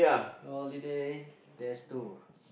holiday there's two